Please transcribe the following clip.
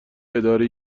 اداره